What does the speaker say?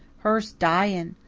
her's dying,